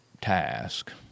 task